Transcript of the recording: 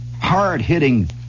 hard-hitting